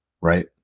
Right